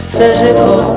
physical